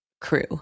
crew